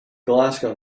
glasgow